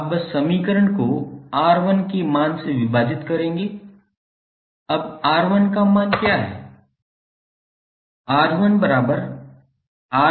आप बस समीकरण को R1 के मान से विभाजित करेंगे